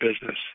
business